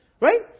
Right